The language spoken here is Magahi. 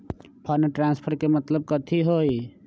फंड ट्रांसफर के मतलब कथी होई?